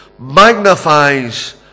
magnifies